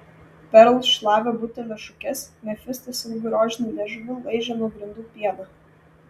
perl šlavė butelio šukes mefistas ilgu rožiniu liežuviu laižė nuo grindų pieną